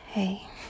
Hey